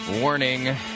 Warning